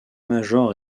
major